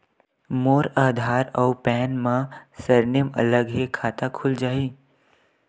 मोर आधार आऊ पैन मा सरनेम अलग हे खाता खुल जहीं?